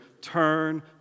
turn